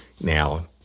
Now